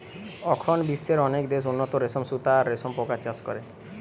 অখন বিশ্বের অনেক দেশ উন্নত রেশম সুতা আর রেশম পোকার চাষ করে